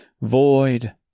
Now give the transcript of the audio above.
void